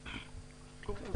בבקשה.